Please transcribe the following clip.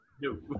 No